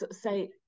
say